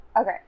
okay